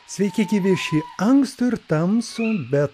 sveiki gyvi šį ankstų ir tamsų be